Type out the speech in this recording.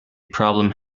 problem